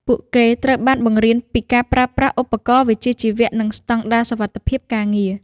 ពួកគេត្រូវបានបង្រៀនពីការប្រើប្រាស់ឧបករណ៍វិជ្ជាជីវៈនិងស្តង់ដារសុវត្ថិភាពការងារ។